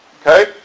Okay